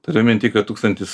turiu minty kad tūkstantis